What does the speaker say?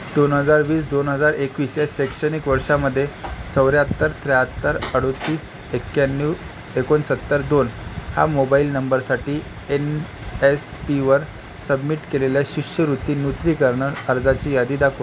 दोन हजार वीस दोन हजार एकवीस या शैक्षणिक वर्षामध्ये चौऱ्याहत्तर त्र्याहत्तर अडतीस एक्याण्णव एकोणसत्तर दोन हा मोबाईल नंबरसाठी एन एस पीवर सबमिट केलेल्या शिष्यवृत्ती नूतनीकरण अर्जाची यादी दाखवा